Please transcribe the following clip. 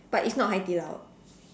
but it's not Hai-Di-Lao